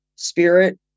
spirit